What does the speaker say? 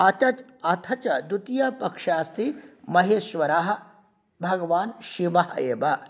अतच् अथ च द्वितीयपक्षः अस्ति महेश्वरः भगवान् शिवः एव